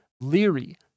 Leary